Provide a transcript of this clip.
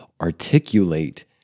articulate